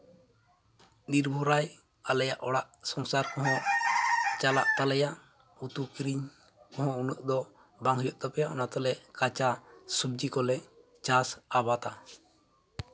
ᱱᱤᱨᱵᱷᱚᱨᱟᱭ ᱟᱞᱮᱭᱟᱜ ᱚᱲᱟᱜ ᱥᱚᱝᱥᱟᱨ ᱠᱚᱦᱚᱸ ᱪᱟᱞᱟᱜ ᱛᱟᱞᱮᱭᱟ ᱩᱛᱩ ᱠᱤᱨᱤᱧ ᱱᱟᱹᱜ ᱵᱟᱝ ᱦᱩᱭᱩᱜ ᱛᱟᱯᱮᱭᱟ ᱚᱱᱟ ᱛᱮᱞᱮ ᱠᱟᱸᱪᱟ ᱥᱚᱵᱡᱤ ᱠᱢᱚᱞᱮ ᱪᱟᱥ ᱟᱵᱟᱫᱟ